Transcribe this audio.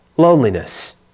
loneliness